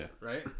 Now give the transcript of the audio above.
right